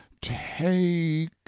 take